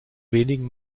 wenigen